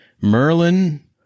Merlin